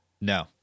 No